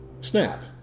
snap